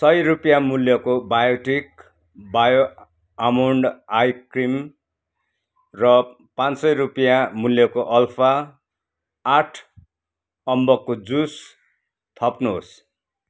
सय रुपियाँ मूल्यको Biotique bio almond ice cream र पाँच सय रुपियाँ मूल्यको अल्फा आठ अम्बकको जुस थप्नुहोस्